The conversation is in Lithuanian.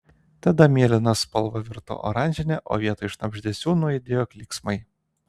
tada mėlyna spalva virto oranžine o vietoj šnabždesių nuaidėjo klyksmai